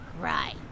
Right